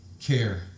care